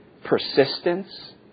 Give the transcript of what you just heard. persistence